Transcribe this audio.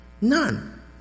None